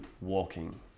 Walking